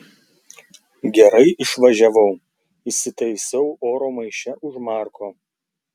gerai išvažiavau įsitaisiau oro maiše už marko